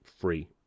Free